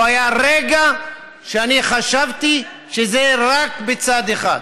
לא היה רגע שאני חשבתי שזה רק בצד אחד,